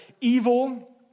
evil